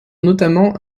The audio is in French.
notamment